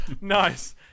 Nice